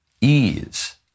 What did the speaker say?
ease